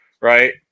right